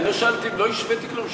לא השוויתי כלום,